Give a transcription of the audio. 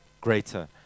greater